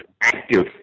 active